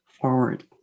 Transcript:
forward